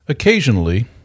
Occasionally